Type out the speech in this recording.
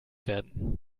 werden